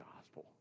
gospel